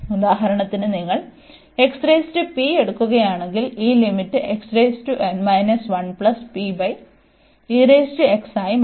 ഉദാഹരണത്തിന് നിങ്ങൾ എടുക്കുകയാണെങ്കിൽ ഈ ലിമിറ്റ് ആയി മാറും